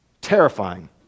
Terrifying